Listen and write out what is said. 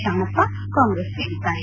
ಶಾಣಪ್ಪ ಕಾಂಗ್ರೆಸ್ ಸೇರಿದ್ದಾರೆ